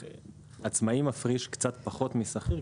עצמאי מפריש קצת פחות משכיר,